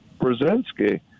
Brzezinski